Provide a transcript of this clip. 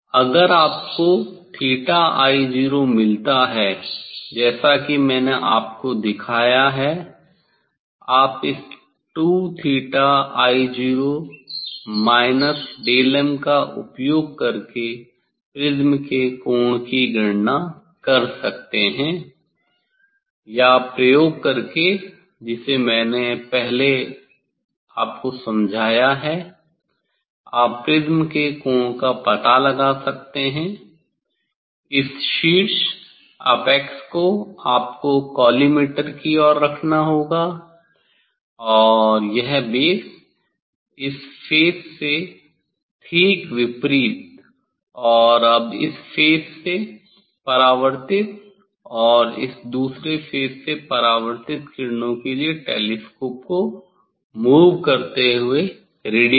अगर आपको theta i zero 𝚹i0मिलता है जैसा कि मैंने आपको दिखाया है कि आप इस 2 theta i zero '2𝚹i0' minus del m का उपयोग करके प्रिज्म के कोण की गणना कर सकते हैं या प्रयोग कर के जिसे मैंने आपको पहले ही समझाया है आप प्रिज्म के कोण का पता लगा सकते हैं इस शीर्ष एपेक्स को आपको कॉलीमटोर की ओर रखना होगा और यह बेस इस फेस से ठीक विपरीत और अब इस फेस से परावर्तित और इस दूसरे फेस से परावर्तित किरणों के लिए टेलीस्कोप को मूव करते हुए रीडिंग लें